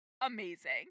amazing